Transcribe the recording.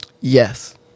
yes